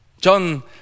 John